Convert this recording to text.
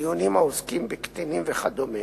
דיונים העוסקים בקטינים וכדומה.